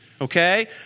okay